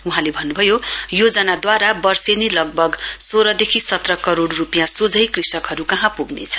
वहाँले भन्नुभयो योजनाद्वारा वर्षेनी लगभग सोह्रदेखि सत्र करोड रुपियाँ सोझौ कृषकहरूकहाँ पुग्नेछ